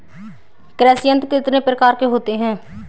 कृषि यंत्र कितने प्रकार के होते हैं?